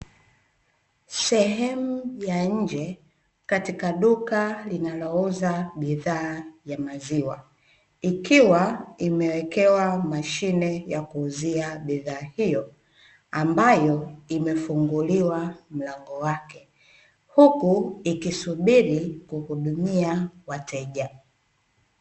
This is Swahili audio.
Sehemu ya nje katika duka linalouza bidhaa ya maziwa, ikiwa imewekewa mashine ya kuuzia bidhaa hiyo ambayo imefunguliwa mlango wake. Huku ikisubiri kuhudumia wateja.